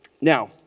Now